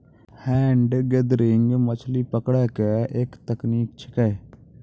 hand gathering मछली पकड़ै के एक तकनीक छेकै